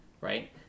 right